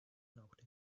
braucht